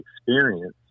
experience